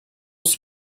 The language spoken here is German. ist